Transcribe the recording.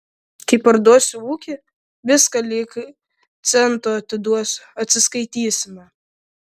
kai parduosiu ūkį viską lyg cento atiduosiu atsiskaitysime